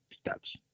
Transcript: steps